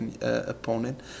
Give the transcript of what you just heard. opponent